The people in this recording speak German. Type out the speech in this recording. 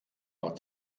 war